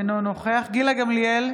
אינו נוכח גילה גמליאל,